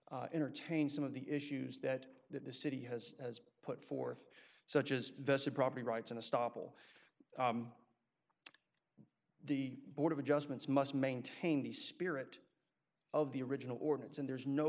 entertain some of the issues that that the city has put forth such as vested property rights in a stop will the board of adjustments must maintain the spirit of the original ordinance and there's no